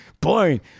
Boring